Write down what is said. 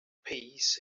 peace